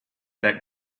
that